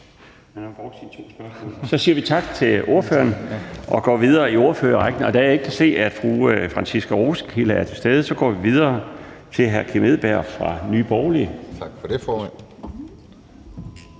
Så siger vi tak til ordføreren og går videre i ordførerrækken. Da jeg ikke kan se, at fru Franciska Rosenkilde er til stede, går vi videre til hr. Kim Edberg Andersen fra Nye Borgerlige. Kl.